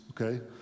okay